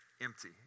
empty